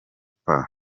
pas